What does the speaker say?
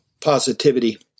Positivity